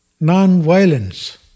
Non-violence